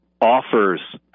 offers